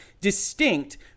distinct